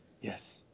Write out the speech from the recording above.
Yes